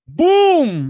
boom